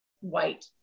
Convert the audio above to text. white